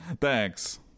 thanks